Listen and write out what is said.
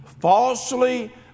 falsely